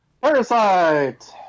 Parasite